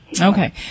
Okay